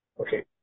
Okay